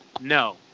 no